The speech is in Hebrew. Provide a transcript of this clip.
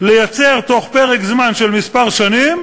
לייצר בתוך פרק זמן של כמה שנים